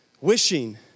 wishing